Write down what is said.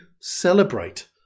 celebrate